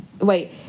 Wait